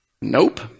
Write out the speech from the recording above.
Nope